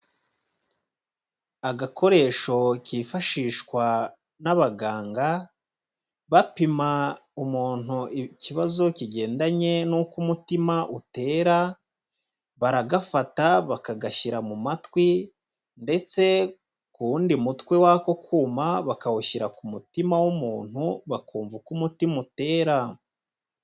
Agakoresho kifashishwa n'abaganga, bapima umuntu ikibazo kigendanye n'uko umutima utera, baragafata bakagashyira mu matwi ndetse ku wundi mutwe wako kuma, bakawushyira ku mutima w'umuntu, bakumva uko umutima utera.